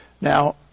Now